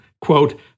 quote